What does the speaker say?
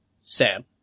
Sam